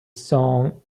song